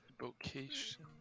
Vocation